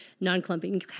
non-clumping